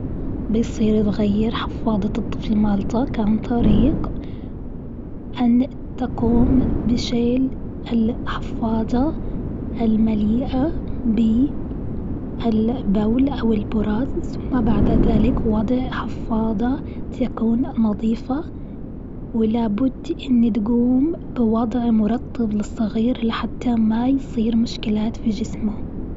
بصير غير حفاضة الطفل مالتك عن طريق أن تقوم بشيل الحفاظة المليئة بالبول أو البراز، ثم بعد ذلك وضع حفاضة تكون نضيفة، ولابد أن تقوم بوضع مرطب للصغير لحتى ما يصير مشكلات في جسمه.